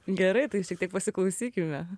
gerai tai šiek tiek pasiklausykime